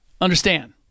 Understand